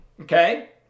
Okay